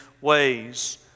ways